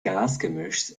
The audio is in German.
gasgemischs